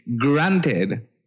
granted